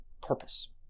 purpose